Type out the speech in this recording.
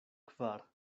kvar